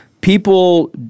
people